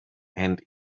and